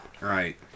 right